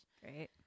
Great